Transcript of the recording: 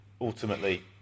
ultimately